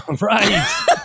Right